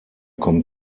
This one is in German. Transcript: kommt